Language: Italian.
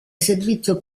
servizio